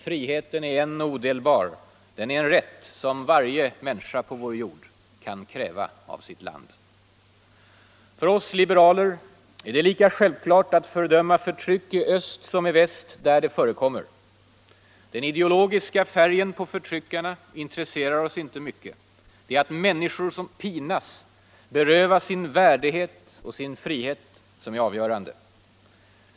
Friheten är en och odelbar, den är en rätt som varje människa på vår jord kan kräva av sitt land. För oss liberaler är det lika självklart att fördöma förtryck såväl i öst som i väst, där det förekommer. Den ideologiska färgen på förtryckarna intresserar oss inte mycket — att människor pinas och berövas sin värdighet och sin frihet är avgörande.